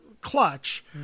clutch